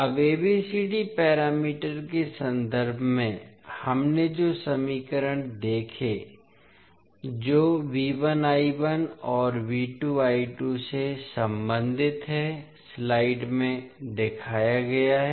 अब ABCD parameter के संदर्भ में हमने जो समीकरण देखे जो और से संबंधित हैं स्लाइड में दिखाया गया है